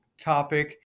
topic